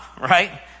right